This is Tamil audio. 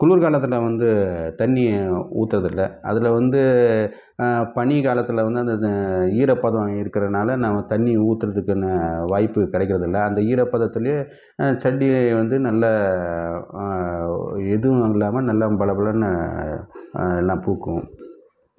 குளுர் காலத்தில் வந்து தண்ணி ஊற்றுறது இல்லை அதில் வந்து பனிகாலத்தில் வந்து அந்தந்த ஈரப்பதம் இருக்கிறனால நம்ம தண்ணி ஊற்றுறதுக்கு கொஞ்சம் வாய்ப்பு கிடைக்கிறதுல்ல அந்த ஈரப்பதத்தில் செடியிலே வந்து நல்ல எதுவும் இல்லாமல் நல்ல பளபளன்னு நல்லா பூக்கும்